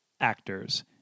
actors